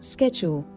Schedule